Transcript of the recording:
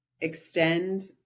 extend